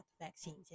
vaccines